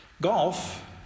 golf